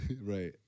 Right